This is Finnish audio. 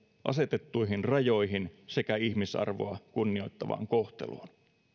asetettuihin rajoihin sekä ihmisarvoa kunnioittavaan kohteluun